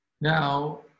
Now